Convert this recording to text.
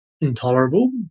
intolerable